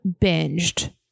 binged